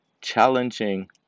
challenging